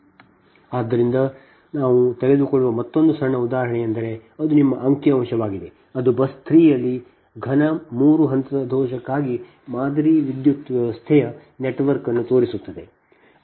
ಆದ್ದರಿಂದ ಆದ್ದರಿಂದ ನಾವು ತೆಗೆದುಕೊಳ್ಳುವ ಮತ್ತೊಂದು ಸಣ್ಣ ಉದಾಹರಣೆಯೆಂದರೆ ಅದು ನಿಮ್ಮ ಅಂಕಿ ಅಂಶವಾಗಿದೆ ಅದು ಬಸ್ 3 ನಲ್ಲಿ ಘನ 3 ಹಂತದ ದೋಷಕ್ಕಾಗಿ ಮಾದರಿ ವಿದ್ಯುತ್ ವ್ಯವಸ್ಥೆಯ ನೆಟ್ವರ್ಕ್ ಅನ್ನು ತೋರಿಸುತ್ತದೆ